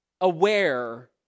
aware